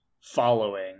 following